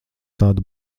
tādu